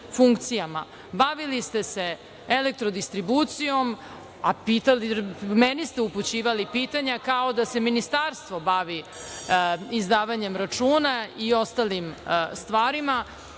Bavili ste se „Elektrodistribucijom“, a meni ste upućivali pitanja kao da se Ministarstvo bavi izdavanjem računa i ostalim stvarima. Žao